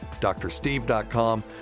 drsteve.com